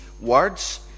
words